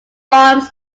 bombs